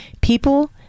People